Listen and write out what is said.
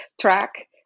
Track